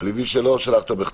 אני מבין שלא שלחת בכתב.